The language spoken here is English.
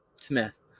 Smith